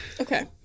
Okay